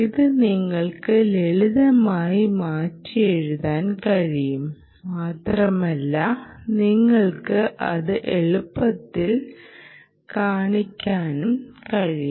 ഇത് നിങ്ങൾക്ക് ലളിതമായി മാറ്റിയെഴുതാൻ കഴിയും മാത്രമല്ല നിങ്ങൾക്ക് അത് എളുപ്പത്തിൽ കാണിക്കാനും കഴിയും